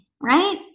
right